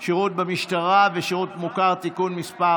והוראת שעה) (שירות במשטרה ושירות מוכר) (תיקון מס'